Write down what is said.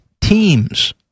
teams